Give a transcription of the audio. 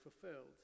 fulfilled